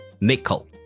nickel